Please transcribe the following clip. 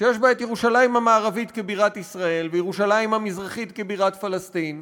שיש בה את ירושלים המערבית כבירת ישראל וירושלים המזרחית כבירת פלסטין,